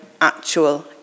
actual